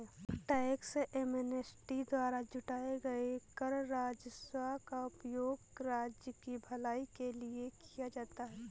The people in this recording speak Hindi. टैक्स एमनेस्टी द्वारा जुटाए गए कर राजस्व का उपयोग राज्य की भलाई के लिए किया जाता है